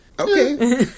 Okay